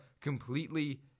completely